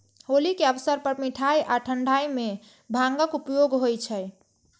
होली के अवसर पर मिठाइ आ ठंढाइ मे भांगक उपयोग होइ छै